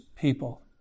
people